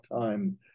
time